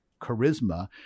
charisma